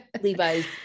Levi's